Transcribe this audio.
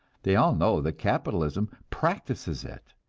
they all know that capitalism practices it,